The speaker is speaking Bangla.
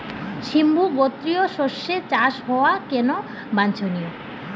সিম্বু গোত্রীয় শস্যের চাষ হওয়া কেন বাঞ্ছনীয়?